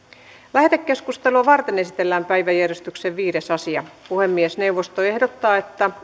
lähetekeskustelua varten esitellään päiväjärjestyksen viides asia puhemiesneuvosto ehdottaa että